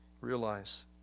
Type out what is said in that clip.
realize